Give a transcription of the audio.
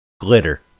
Glitter